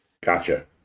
Gotcha